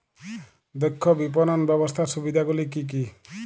দক্ষ বিপণন ব্যবস্থার সুবিধাগুলি কি কি?